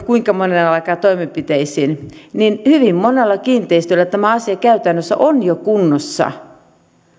kuinka monen pitää alkaa toimenpiteisiin hyvin monella kiinteistöllä tämä asia käytännössä on jo kunnossa